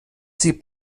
sie